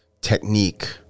technique